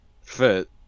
fit